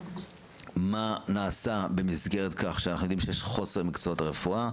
מה נעשה במסגרת החוסר הידוע במקצועות הרפואה?